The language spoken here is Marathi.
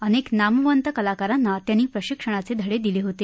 अनेक नामवंत कलाकारांना त्यांनी प्रशिक्षणाचे धडे दिले होते